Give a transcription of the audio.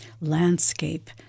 landscape